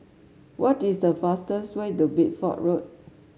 what is the fastest way to Bideford Road